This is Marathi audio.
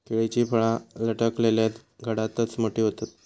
केळीची फळा लटकलल्या घडातच मोठी होतत